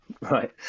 Right